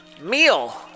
Meal